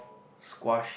squash